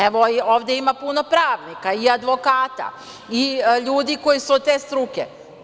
Evo, ovde ima puno pravnika i advokata i ljudi koji su od te struke.